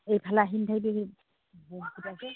এইফালে আহি নাথাকিবি